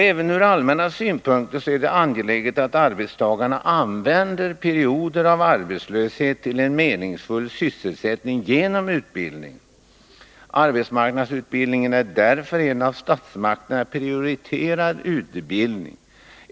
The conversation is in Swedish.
Även ur allmänna synpunkter är det angeläget att arbetstagarna använder perioder av arbetslöshet till en meningsfull sysselsättning genom utbildning. Arbetsmarknadsutbildningen är därför en av statsmakterna prioriterad utbildning.